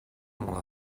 mon